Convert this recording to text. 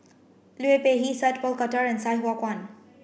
Liu Peihe Sat Pal Khattar and Sai Hua Kuan